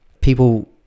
people